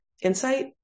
insight